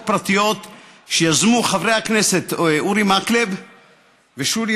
פרטיות שיזמו חברי הכנסת אורי מקלב ושולי